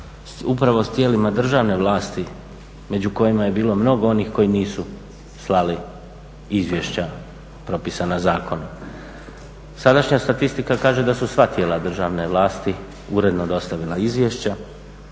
upravo s tijelima državne vlasti među kojima je bilo mnogo onih koji nisu slali izvješća propisana zakonom. Sadašnja statistika kaže da su sva tijela državne vlasti uredno dostavila izvješća,